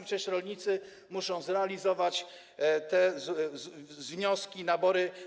Przecież rolnicy muszą zrealizować te wnioski, nabory.